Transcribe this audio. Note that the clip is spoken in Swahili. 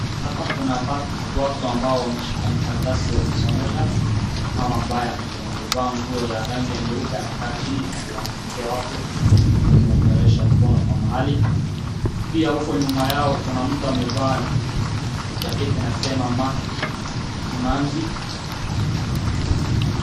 Hapa kuna watu ambao wameshika makaratasi wakisomesha, mama ambaye amevaa nguo ya rangi ya nyeupe amekaa chini akiwaambia watu akiwanyorosha mkono kwa mahali, pia huko nyuma yao kuna mtu amevaa jaketi inayosema Mark Kimanzi.